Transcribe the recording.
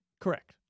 Correct